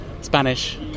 Spanish